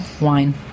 Wine